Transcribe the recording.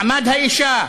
מעמד האישה.